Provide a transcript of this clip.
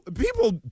people